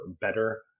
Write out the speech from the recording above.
better